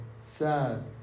sad